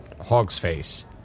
Hogsface